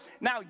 Now